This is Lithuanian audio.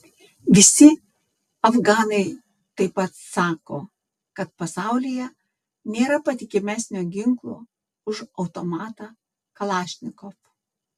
visi afganai taip pat sako kad pasaulyje nėra patikimesnio ginklo už automatą kalašnikov